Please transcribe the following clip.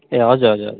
ए हजुर हजुर हजुर